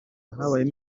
habayemo